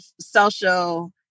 social